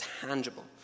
tangible